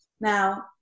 Now